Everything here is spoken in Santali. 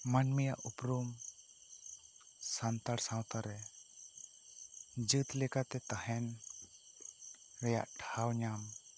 ᱢᱟᱹᱱᱢᱤᱭᱟᱜ ᱩᱯᱨᱩᱢ ᱥᱟᱱᱛᱟᱲ ᱥᱟᱶᱛᱟ ᱨᱮ ᱡᱟᱹᱛ ᱞᱮᱠᱟᱛᱮ ᱛᱟᱦᱮᱱ ᱨᱮᱭᱟᱜ ᱴᱷᱟᱶ ᱧᱟᱢ